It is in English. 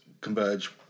Converge